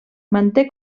manté